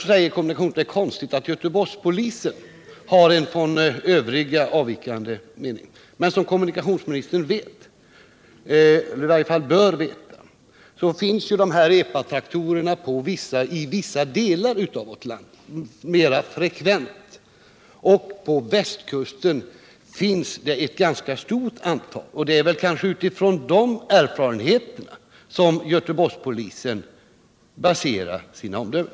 Kommunikationsministern tycker det är konstigt att Göteborgspolisen har en från övriga avvikande mening, men som kommunikationsministern vet — eller i varje fall bör veta — finns epatraktorerna mera frekvent i vissa delar av vårt land. På västkusten finns det ett ganska stort antal epatraktorer, och det är kanske på erfarenheterna från dem som Göteborgspolisen baserar sina omdömen.